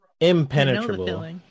Impenetrable